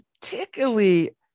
particularly